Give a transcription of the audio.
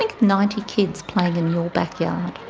like ninety kids playing in your backyard.